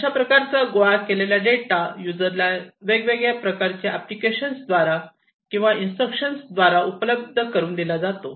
अशा प्रकारचा गोळा केलेला डेटा युजरला वेगवेगळ्या प्रकारच्या ऍप्लिकेशन द्वारा किंवा इन्स्ट्रक्शन द्वारा उपलब्ध करून दिला जातो